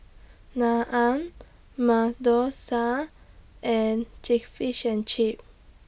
Naan Masoor Dal and Fish and Chips